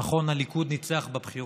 נכון, הליכוד ניצח בבחירות,